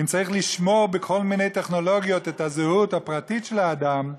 אם צריך לשמור בכל מיני טכנולוגיות את הזהות הפרטית של האדם,